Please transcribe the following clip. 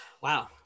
Wow